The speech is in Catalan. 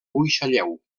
buixalleu